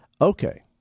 Okay